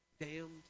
damned